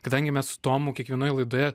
kadangi mes su tomu kiekvienoj laidoje